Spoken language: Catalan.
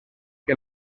que